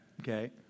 okay